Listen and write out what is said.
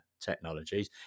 technologies